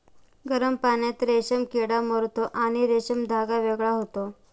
गरम पाण्यात रेशीम किडा मरतो आणि रेशीम धागा वेगळा होतो